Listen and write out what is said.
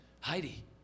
Heidi